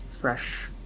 fresh